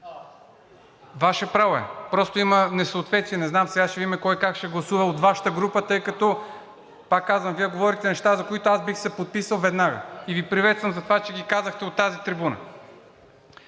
Ваше право е, просто има несъответствие. Не знам. Сега ще видим кой как ще гласува от Вашата група, тъй като, пак казвам, Вие говорите неща, за които аз бих се подписал веднага, и Ви приветствам за това, че ги казахте от тази трибуна.